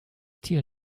tier